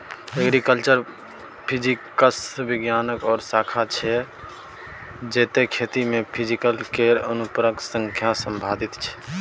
agriculture physics बिज्ञानक ओ शाखा छै जे खेती मे फिजिक्स केर अनुप्रयोग सँ संबंधित छै